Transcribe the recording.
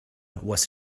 was